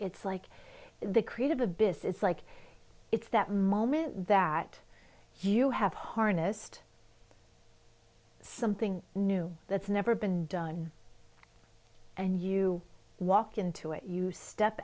it's like the creative abyss it's like it's that moment that you have harnessed something new that's never been done and you walk into it you step